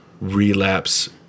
Relapse